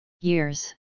years